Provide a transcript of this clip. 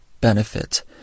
benefit